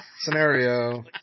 scenario